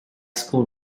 school